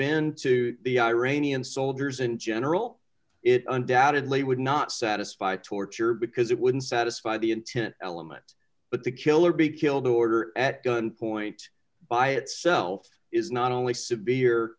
been to the iranian soldiers in general it undoubtedly would not satisfy torture because it wouldn't satisfy the intent element but the kill or be killed order at gun point by itself is not only severe